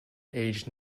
age